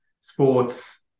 sports